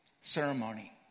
ceremony